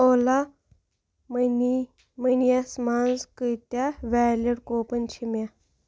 اولا مٔنی مٔنی یَس مَنٛز کٲتیٛاہ ویٚلِڈ کوپُن چھِ مےٚ